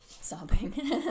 Sobbing